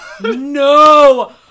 No